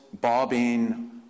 bobbing